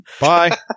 Bye